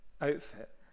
outfit